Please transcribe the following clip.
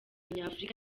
nyafurika